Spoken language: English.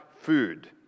food